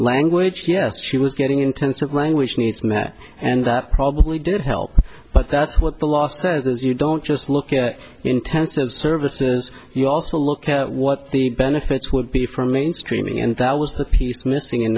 language yes she was getting intensive language needs met and that probably did help but that's what the law says is you don't just look at intensive services you also look at what the benefits would be for mainstreaming and that was the piece missing in